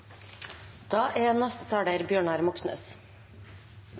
Da har representanten Bjørnar Moxnes